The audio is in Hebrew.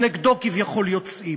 שנגדו כביכול יוצאים.